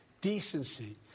Decency